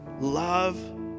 love